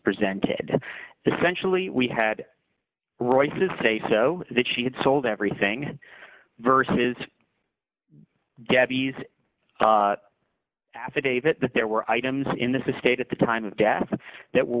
presented essentially we had royce's say so that she had sold everything versus gabby's affidavit that there were items in this estate at the time of death that were